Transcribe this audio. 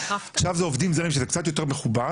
עכשיו זה עובדים זרים שזה קצת יותר מכובס,